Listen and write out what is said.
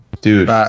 dude